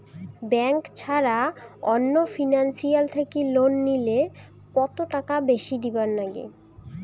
Bank ছাড়া অন্য financial থাকি লোন নিলে কতটাকা বেশি দিবার নাগে?